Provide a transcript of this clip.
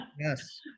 Yes